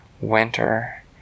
winter